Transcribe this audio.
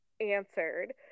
answered